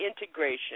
integration